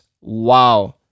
Wow